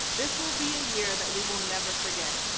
this will be a year that we will never forget.